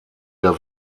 der